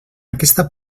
aquesta